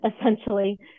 essentially